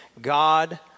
God